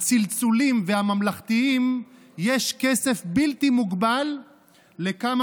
הצלצולים והממלכתיים יש כסף בלתי מוגבל לכמה